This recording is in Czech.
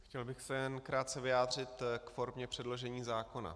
Chtěl bych se jen krátce vyjádřit k formě předložení zákona.